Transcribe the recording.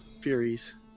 furies